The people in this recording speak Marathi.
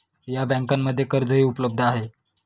या बँकांमध्ये कर्जही उपलब्ध आहे